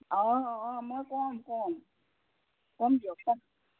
অঁ অঁ অঁ মই কম কম কম দিয়ক